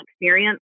experience